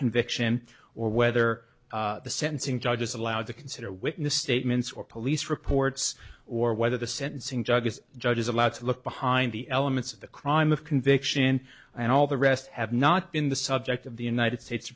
conviction or whether the sentencing judge is allowed to consider witness statements or police reports or whether the sentencing judge this judge is allowed to look behind the elements of the crime of conviction and all the rest have not been the subject of the united states